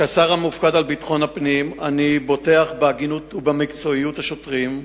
כשר המופקד על ביטחון הפנים אני בוטח בהגינות ובמקצועיות של השוטרים,